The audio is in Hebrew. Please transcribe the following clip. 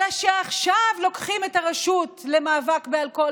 אלא שעכשיו לוקחים את הרשות למאבק באלכוהול